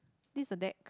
this a deck